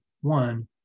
one